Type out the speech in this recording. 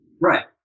Right